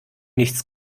nichts